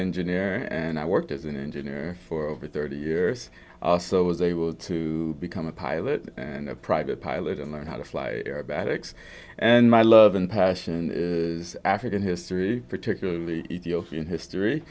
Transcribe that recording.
engineer and i worked as an engineer for over thirty years or so i was able to become a pilot and a private pilot and learn how to fly and my love and passion is african history particularly in history